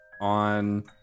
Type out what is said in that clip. on